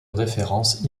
référence